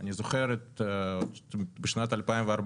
אני זוכר את שנת 2014,